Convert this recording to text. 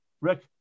Rick